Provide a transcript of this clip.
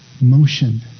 motion